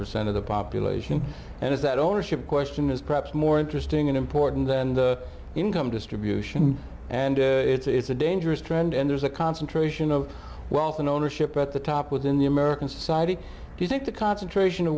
percent of the population and is that ownership question is perhaps more interesting and important than the income distribution and it's a dangerous trend and there's a concentration of wealth in ownership at the top within the american society do you think the concentration of